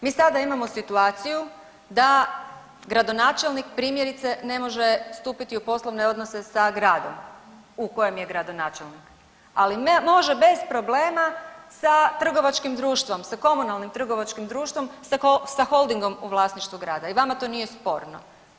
Mi sada imamo situaciju da gradonačelnik primjerice ne može stupiti u poslovne odnose sa gradom u kojem je gradonačelnik ali može bez problema sa trgovačkim društvom, sa komunalnim trgovačkim društvom sa holdingom u vlasništvu grada i vama to nije sporno.